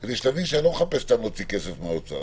כדי שתבין שאני לא מחפש סתם להוציא כסף מן האוצר,